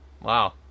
Wow